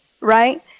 right